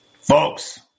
folks